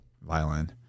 violin